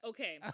Okay